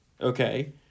okay